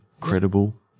credible